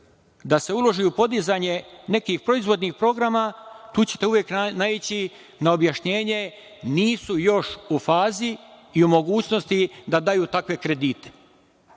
da se uloži u podizanje neki proizvodnih programa, tu ćete uvek naići na objašnjenje – nisu još u fazi i u mogućnosti da daju takve kredite,